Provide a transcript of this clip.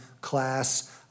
class